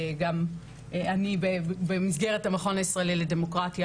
גם אני במסגרת המכון הישראלי לדמוקרטיה,